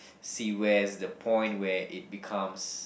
see where is the point where it becomes